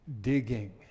digging